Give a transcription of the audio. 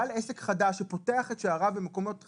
בעל עסק חדש שפותח את שעריו במקומות חדשים,